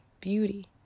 beauty